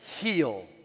heal